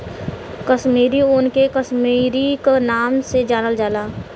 कसमीरी ऊन के कसमीरी क नाम से जानल जाला